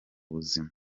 buzima